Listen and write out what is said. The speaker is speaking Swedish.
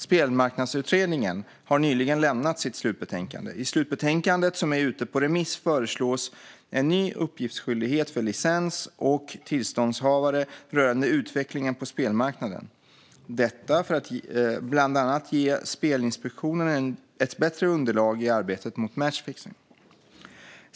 Spelmarknadsutredningen har nyligen lämnat sitt slutbetänkande. I slutbetänkandet, som är ute på remiss, föreslås en ny uppgiftsskyldighet för licens och tillståndshavare rörande utvecklingen på spelmarknaden - detta för att bland annat ge Spelinspektionen ett bättre underlag i arbetet mot matchfixning.